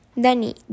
Danny